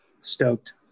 stoked